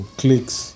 clicks